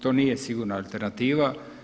To nije sigurna alternativa.